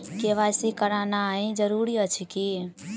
KYC करानाइ जरूरी अछि की?